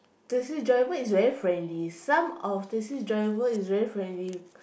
taxi driver is very friendly some of taxi driver is very friendly